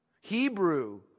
Hebrew